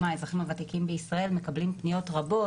האזרחים הוותיקים בישראל מקבלים פניות רבות,